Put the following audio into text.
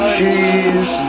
Cheese